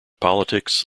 politics